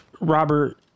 Robert